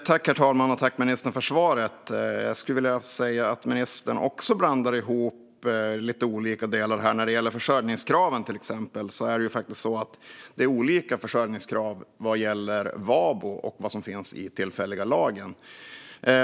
Herr talman! Jag tackar ministern för svaret. Ministern blandar också ihop vissa delar, till exempel försörjningskraven. Det är faktiskt så att det är olika försörjningskrav vad gäller VABO och vad som finns med i den tillfälliga lagen.